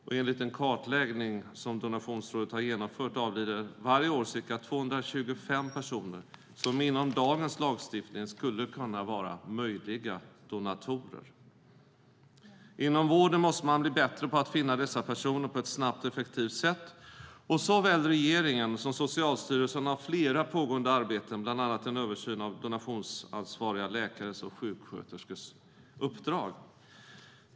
Och enligt en kartläggning som Donationsrådet har genomfört avlider varje år ca 225 personer som inom dagens lagstiftning skulle kunna vara möjliga donatorer. Inom vården måste man bli bättre på att finna dessa personer på ett snabbt och effektivt sätt. Såväl regeringen som Socialstyrelsen har flera pågående arbeten, bland annat en översyn av donationsansvariga läkares och sjuksköterskors uppdrag.